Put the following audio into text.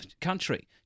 country